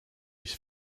his